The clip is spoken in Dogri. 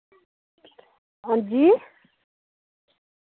हां जी